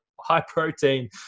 high-protein